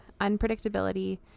unpredictability